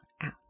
out